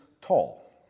tall